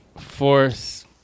force